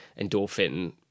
endorphin